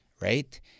right